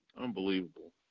Unbelievable